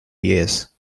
years